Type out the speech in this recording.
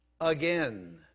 again